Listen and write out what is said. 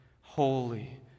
holy